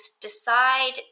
decide